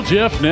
Jeff